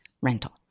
rental